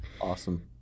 awesome